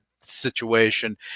situation